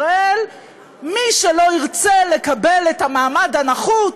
מי שלא ירצו לקבל את המעמד הנחות